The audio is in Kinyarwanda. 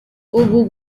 ubu